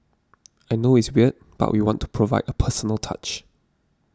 I know it's weird but we want to provide a personal touch